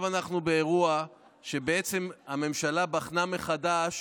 עכשיו אנחנו באירוע שבו הממשלה בעצם בחנה מחדש